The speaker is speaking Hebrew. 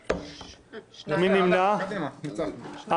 2 נמנעים,